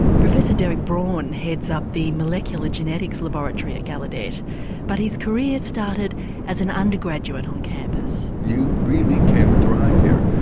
professor derek braun heads up the molecular genetics laboratory at gallaudet but his career started as an undergraduate on um campus. you really can thrive here,